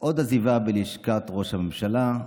על עוד עזיבה בלשכת ראש הממשלה.